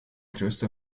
größte